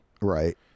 Right